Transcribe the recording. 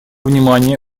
внимание